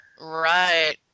Right